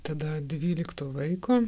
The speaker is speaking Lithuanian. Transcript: tada dvylikto vaiko